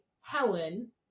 Helen